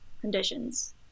conditions